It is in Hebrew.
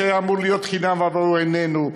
שאמור להיות חינם אבל הוא איננו,